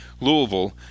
Louisville